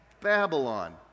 Babylon